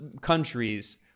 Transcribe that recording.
countries